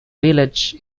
village